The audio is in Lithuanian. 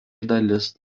dalis